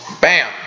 bam